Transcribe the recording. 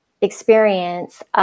experience